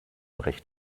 recht